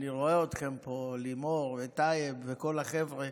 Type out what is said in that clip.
אני רואה אתכם פה, לימור וטייב וכל החבר'ה.